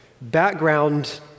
background